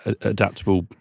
Adaptable